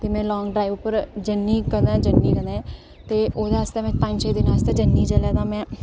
में long drive उप्पर जन्नी कदें जन्नी ते ओह्दे आस्तै में पंज छे दिन आस्तै जन्नी जिसलै तां में